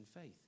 faith